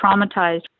traumatized